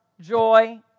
joy